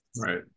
Right